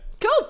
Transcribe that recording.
Cool